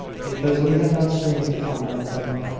because we have not strength to combat them,